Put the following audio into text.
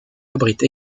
abrite